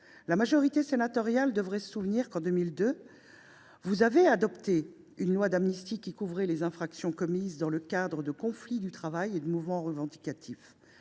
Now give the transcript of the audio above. La majorité sénatoriale devrait se souvenir que, en 2002, elle a adopté une loi d’amnistie qui couvrait les infractions commises dans le cadre de conflits du travail et de mouvements revendicatifs.